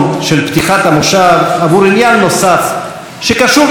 המושב עבור עניין נוסף שקשור לבחירות,